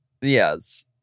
Yes